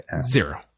zero